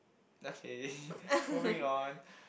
okay moving on